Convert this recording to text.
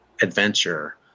adventure